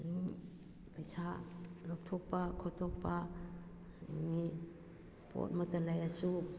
ꯄꯩꯁꯥ ꯂꯧꯊꯣꯛꯄ ꯈꯣꯠꯇꯣꯛꯄ ꯑꯦꯅꯤ ꯄꯣꯠꯃꯛꯇ ꯂꯩꯔꯁꯨ